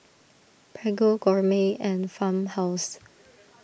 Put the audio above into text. Prego Gourmet and Farmhouse